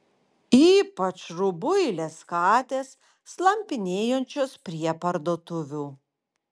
ypač rubuilės katės slampinėjančios prie parduotuvių